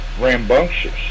Rambunctious